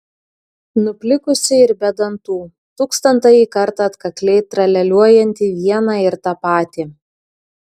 nuplikusį ir be dantų tūkstantąjį kartą atkakliai tralialiuojantį vieną ir tą patį